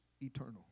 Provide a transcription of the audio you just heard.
eternal